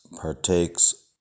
partakes